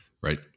right